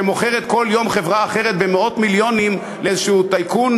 שמוכרת כל יום חברה אחרת במאות מיליונים לאיזה טייקון,